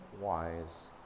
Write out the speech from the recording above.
wise